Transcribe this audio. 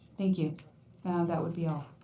thank you. and that would be all.